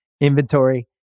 inventory